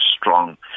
strong